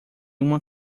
uma